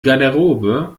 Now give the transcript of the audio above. garderobe